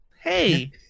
Hey